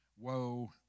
woe